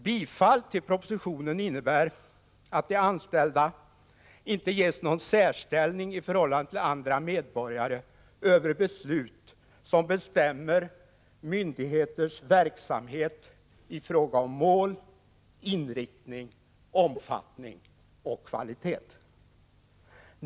Bifall till propositionen innebär att de anställda inte ges någon särställning i förhållande till andra medborgare när det gäller inflytande över beslut som bestämmer myndigheters verksamhet i fråga om mål, inriktning, omfattning och kvalitet.